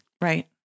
Right